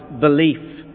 belief